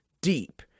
deep